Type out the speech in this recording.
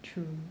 true